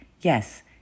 Yes